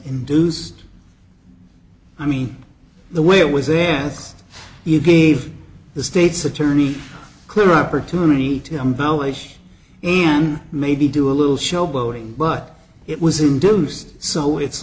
induced i mean the way it was then you gave the state's attorney clear opportunity to embellish and maybe do a little showboating but it was induced so it's